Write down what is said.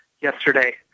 yesterday